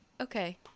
okay